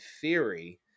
theory